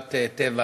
חברת טבע.